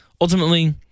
Ultimately